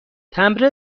تمبر